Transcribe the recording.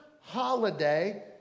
holiday